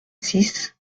six